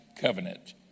covenant